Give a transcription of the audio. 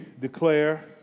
declare